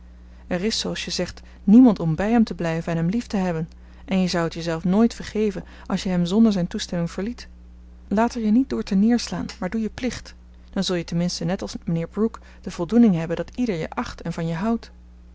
er is zooals je zegt niemand om bij hem te blijven en hem lief te hebben en je zou het je zelf nooit vergeven als je hem zonder zijn toestemming verliet laat er je niet door terneer slaan maar doe je plicht dan zul je tenminste net als mijnheer brooke de voldoening hebben dat ieder je acht en van je houdt